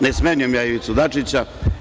Ne smenjujem ja Ivicu Dačića.